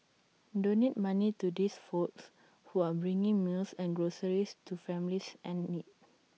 donate money to these folks who are bringing meals and groceries to families in need